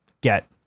get